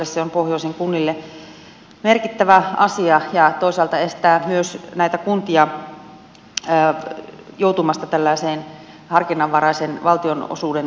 se on pohjoisen kunnille merkittävä asia ja toisaalta estää myös näitä kuntia joutumasta tällaiseen harkinnanvaraisen valtionosuuden anomisen kierteeseen